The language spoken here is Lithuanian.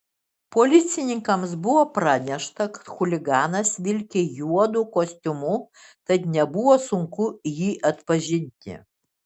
policininkams buvo pranešta kad chuliganas vilki juodu kostiumu tad nebuvo sunku jį atpažinti